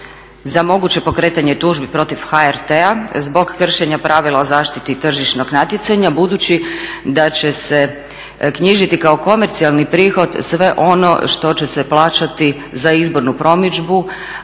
za moguće pokretanje tužbi protiv HRT-a zbog kršenja pravila o zaštiti tržišnog natjecanja. Budući da će se knjižiti kao komercijalni prihod sve ono što će se plaćati za izbornu promidžbu,